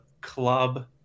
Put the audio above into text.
club